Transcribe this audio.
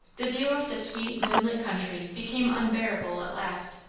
the view of the sweet moonlit country became unbearable at last,